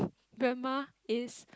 grandma is